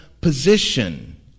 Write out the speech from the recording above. position